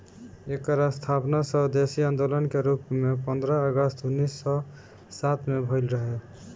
एकर स्थापना स्वदेशी आन्दोलन के रूप में पन्द्रह अगस्त उन्नीस सौ सात में भइल रहे